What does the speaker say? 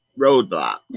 roadblocks